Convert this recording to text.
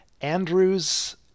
Andrews